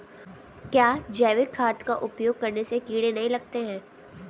क्या जैविक खाद का उपयोग करने से कीड़े नहीं लगते हैं?